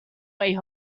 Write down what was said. way